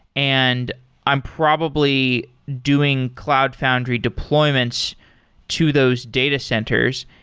and i'm probably doing cloud foundry deployments to those data centers.